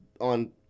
On